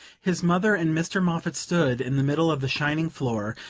his mother and mr. moffatt stood in the middle of the shining floor,